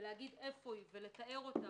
ולתאר אותה